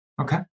okay